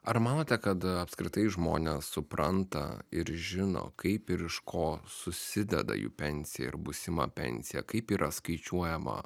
ar manote kad apskritai žmonės supranta ir žino kaip ir iš ko susideda jų pensija ir būsima pensija kaip yra skaičiuojama